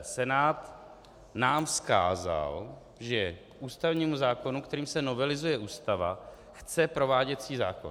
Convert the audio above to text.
Senát nám vzkázal, že k ústavnímu zákonu, kterým se novelizuje Ústava, chce prováděcí zákon.